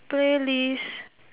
playlist